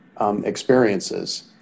experiences